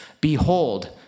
behold